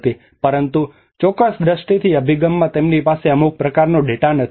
પરંતુ ચોક્કસ દ્રષ્ટિની અભિગમમાં તેમની પાસે અમુક પ્રકારનો ડેટા નથી